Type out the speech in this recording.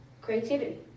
creativity